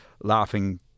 laughing